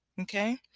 Okay